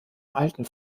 alten